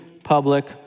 Public